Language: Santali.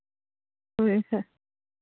ᱦᱳᱭ ᱟᱪᱪᱷᱟ